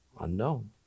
unknown